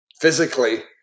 physically